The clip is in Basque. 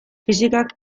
fisikak